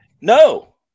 No